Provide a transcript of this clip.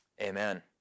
Amen